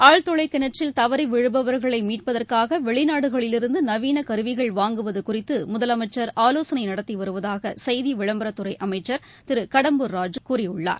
ஆழ்துளை கிணற்றில் தவறி விழுபவர்களை மீட்பதற்காக வெளிநாடுகளிலிருந்து நவீன கருவிகள் வாங்குவது குறித்து முதலனமச்சர் ஆலோசனை நடத்தி வருவதாக செய்தி விளம்பரத்துறை அமைச்சர் திரு கடம்பூர் ராஜூ கூறியுள்ளார்